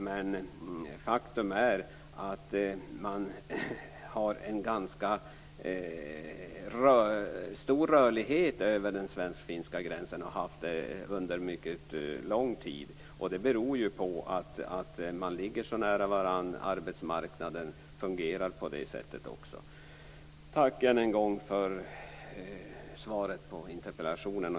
Men faktum är att man har en ganska stor rörlighet över den svensk-finska gränsen och har haft det under mycket lång tid. Det beror ju på närheten till gränsen och det sätt som arbetsmarknaden fungerar på. Tack än en gång för svaret på interpellationen.